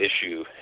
issue